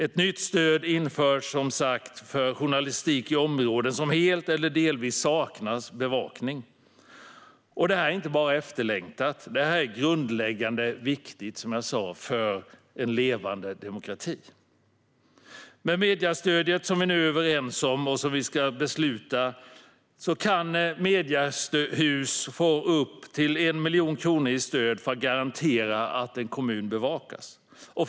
Ett nytt stöd införs, som sagt, för journalistik i områden som helt eller delvis saknar bevakning. Det här är inte bara efterlängtat, utan det är också grundläggande viktigt för en levande demokrati. Med mediestödet, som vi nu är överens om och som vi ska fatta beslut om, kan ett mediehus få upp till 1 miljon kronor i stöd för att garantera att en kommun bevakas.